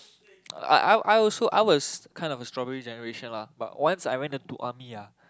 I I I also I was kinda of a strawberry generation lah but once I went into army ah